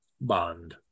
bond